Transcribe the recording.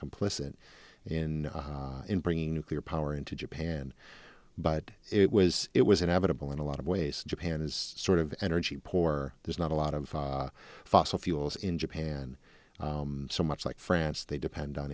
complicit in in bringing nuclear power into japan but it was it was inevitable in a lot of ways japan is sort of energy poor there's not a lot of fossil fuels in japan so much like france they depend on